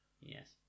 Yes